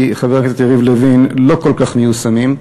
חבר הכנסת יריב לוין לא כל כך מיושמים.